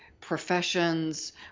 professions